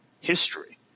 history